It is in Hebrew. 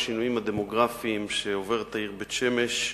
לנוכח השינויים הדמוגרפיים שעוברת העיר בית-שמש,